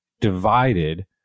divided